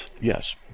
Yes